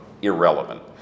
irrelevant